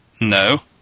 no